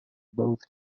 both